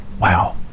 wow